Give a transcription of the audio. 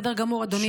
בסדר גמור, אדוני.